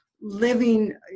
living